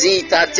Zita